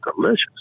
delicious